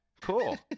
Cool